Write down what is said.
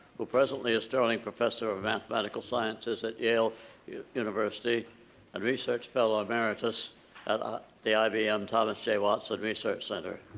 who presently is sterling professor of mathematical sciences at yale university and research fellow emeritus at the ibm thomas j. watson research center.